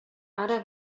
ara